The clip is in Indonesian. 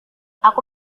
aku